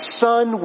son